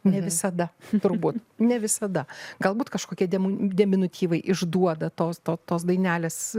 ne visada turbūt ne visada galbūt kažkokie demu deminutyvai išduoda tos to tos dainelės